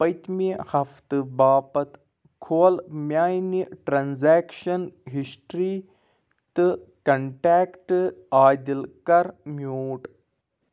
پٔتمہِ ہفتہٕ باپتھ کھول میانہِ ٹرانزیکشن ہسٹری تہٕ کنٹیکٹ عادِل کَر میوٗٹ